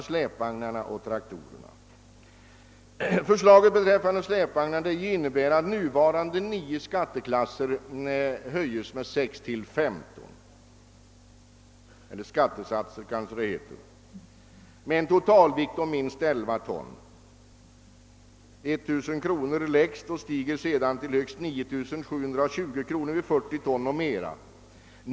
Vad släpvagnarna beträffar innebär förslaget att de nuvarande nio skattesatserna ökas med sex, alltså till 15. Vid en totalvikt om minst 11 ton är skattesatsen lägst 1800 kronor och stiger sedan till högst 9 720 kronor vid en totalvikt på 40 ton eller däröver.